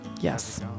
Yes